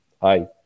hi